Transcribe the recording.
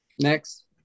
Next